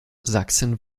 sachsen